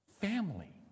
family